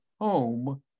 home